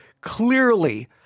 clearly